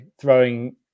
throwing